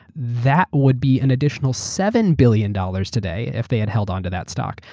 that would be an additional seven billion dollars today if they had held on to that stock.